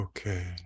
Okay